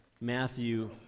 Matthew